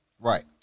Right